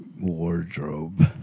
wardrobe